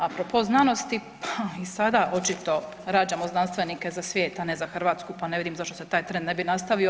Apropo znanosti, pa i sada očito rađamo znanstvenike za svijet, a ne za Hrvatsku pa ne vidim zašto se taj trend ne bi nastavio.